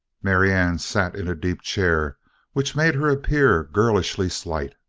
marianne sat in a deep chair which made her appear girlishly slight.